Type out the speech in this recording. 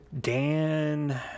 Dan